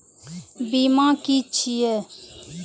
बीमा की छी ये?